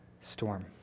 storm